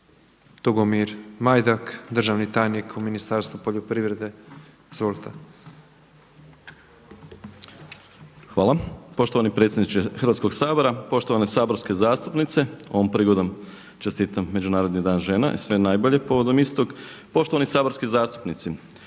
Tugomir Majdak, državni tajnik u Ministarstvu poljoprivrede. Izvolite. **Majdak, Tugomir** Hvala. Poštovani predsjedniče Hrvatskoga sabora, poštovane saborske zastupnice, ovom prigodom čestitam Međunarodni dan žena i sve najbolje povodom istog, poštovani saborski zastupnici.